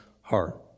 heart